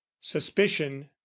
suspicion